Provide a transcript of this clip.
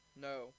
No